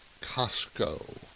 Costco